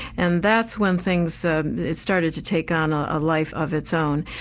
and that's when things started to take on a life of its own.